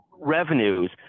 revenues